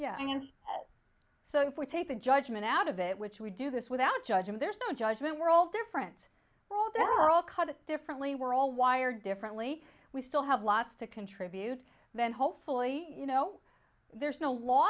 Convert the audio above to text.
yeah and so if we take the judgment out of it which we do this without judge and there's no judgment we're all different bro they're all cut it differently we're all wired differently we still have lots to contribute then hopefully you know there's no l